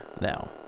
Now